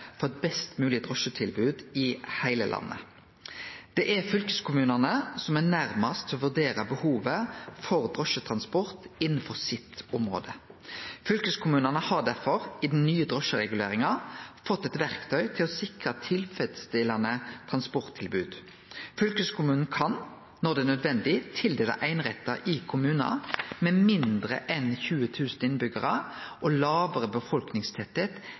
for eit best mogleg drosjetilbod i heile landet. Det er fylkeskommunane som er nærmast til å vurdere behovet for drosjetransport innanfor sitt område. Fylkeskommunane har derfor i den nye drosjereguleringa fått eit verktøy til å sikre tilfredsstillande transporttilbod. Fylkeskommunen kan, når det er nødvendig, tildele einerettar i kommunar med færre enn 20 000 innbyggjarar og